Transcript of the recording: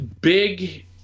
big